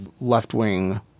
left-wing